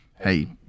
hey